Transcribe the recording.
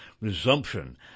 resumption